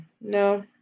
no